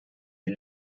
die